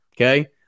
okay